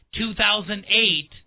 2008